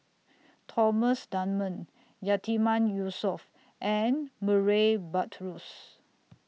Thomas Dunman Yatiman Yusof and Murray Buttrose